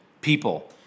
people